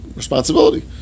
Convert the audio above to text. responsibility